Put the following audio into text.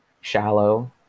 shallow